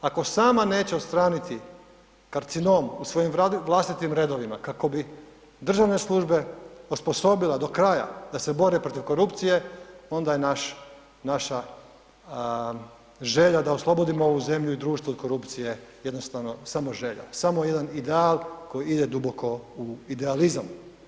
Ako sam neće odstraniti karcinom u svojim vlastitim redovima kako bi državne službe osposobila do kraja da se bore protiv korupcije, onda je naša želja da oslobodimo ovu zemlju i društvo od korupcije jednostavno samo želja, samo jedan ideal koji ide duboko u idealizam.